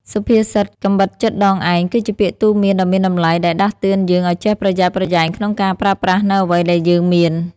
សុភាសិត «កាំបិតចិតដងឯង» គឺជាពាក្យទូន្មានដ៏មានតម្លៃដែលដាស់តឿនយើងឲ្យចេះប្រយ័ត្នប្រយែងក្នុងការប្រើប្រាស់នូវអ្វីដែលយើងមាន។